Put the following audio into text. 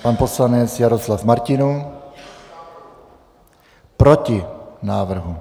Pan poslanec Jaroslav Martinů: Proti návrhu.